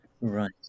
right